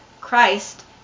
Christ